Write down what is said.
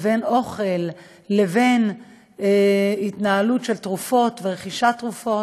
בין אוכל לבין התנהלות של תרופות ורכישת תרופות,